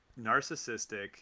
narcissistic